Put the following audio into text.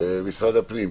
משרד הפנים,